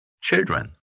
children